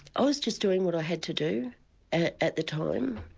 i was just doing what i had to do at at the time.